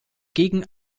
gegen